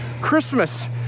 Christmas